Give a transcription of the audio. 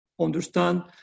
understand